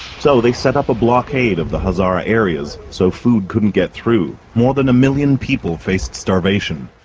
so they set up a blockade of the hazara areas so food couldn't get through. more than a million people faced starvation.